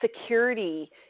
security